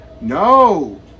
No